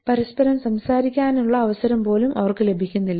പരസ്പരം സംസാരിക്കാനുള്ള അവസരം പോലും അവർക്ക് ലഭിക്കുന്നില്ല